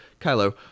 Kylo